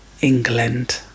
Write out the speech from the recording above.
England